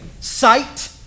sight